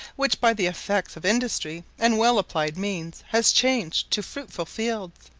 which, by the effects of industry and well applied means, has changed to fruitful fields.